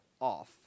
off